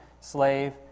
slave